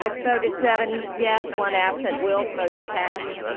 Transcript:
vote is seven yes, one absent, wilk, motion passed.